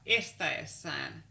estäessään